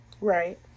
Right